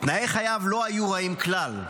תנאי חייו לא היו רעים כלל,